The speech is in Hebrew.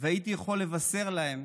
והייתי יכול לבשר להם